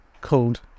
called